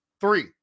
Three